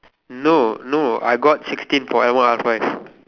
no no I got sixteen point I want half price